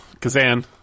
Kazan